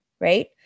Right